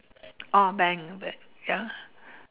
oh bank but ya